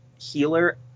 healer